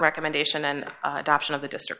recommendation and adoption of the district